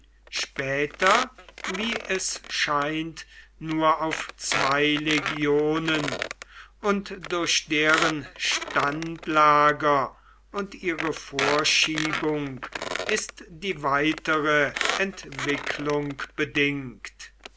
später wie es scheint nur auf zwei legionen und durch deren standlager und ihre vorschiebung ist die weitere entwicklung bedingt